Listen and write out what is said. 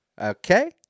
okay